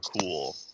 cool